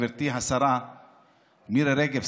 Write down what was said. גברתי השרה מירי רגב,